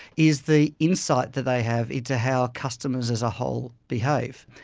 is the insight that they have into how customers as a whole behave.